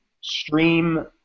stream